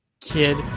kid